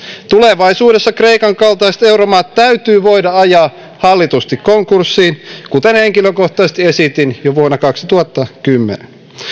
tulevaisuudessa kreikan kaltaiset euromaat täytyy voida ajaa hallitusti konkurssiin kuten henkilökohtaisesti esitin jo vuonna kaksituhattakymmenen